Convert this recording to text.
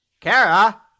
Kara